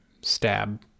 stab